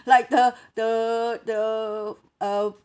like the the the uh